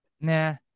Nah